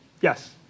Yes